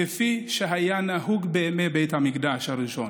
כפי שהיה נהוג בימי בית המקדש הראשון,